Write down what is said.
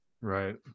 Right